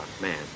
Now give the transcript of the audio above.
man